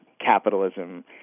capitalism